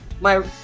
my-